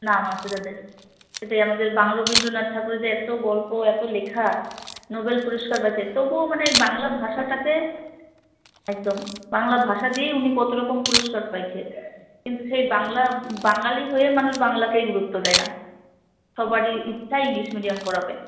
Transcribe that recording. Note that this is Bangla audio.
নাম আছে যাদের এটাই আমাদের বাং রবীন্দ্রনাথ ঠাকুরের যে এত্ত গল্প এতো লেখা নোবেল পুরস্কার পাইছে তবুও মানে বাংলা ভাষাটাকে একদম বাংলা ভাষা দিয়েই উনি কতো রকম পুরস্কার পাইছে কিন্তু সেই বাংলা বাঙালী হয়ে মানুষ বাংলাকেই গুরুত্ব দেয় না সবারই ইচ্ছা ইংলিশ মিডিয়াম পড়াবে